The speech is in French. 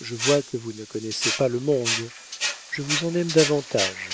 je vois que vous ne connaissez pas le monde je vous en aime davantage